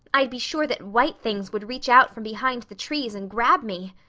i'd be sure that white things would reach out from behind the trees and grab me.